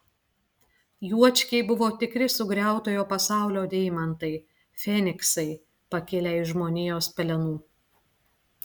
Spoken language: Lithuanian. juočkiai buvo tikri sugriautojo pasaulio deimantai feniksai pakilę iš žmonijos pelenų